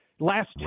Last